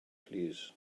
plîs